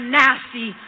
nasty